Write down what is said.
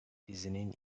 dizinin